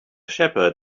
shepherd